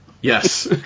Yes